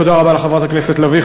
תודה רבה לחברת הכנסת לביא.